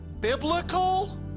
Biblical